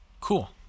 Cool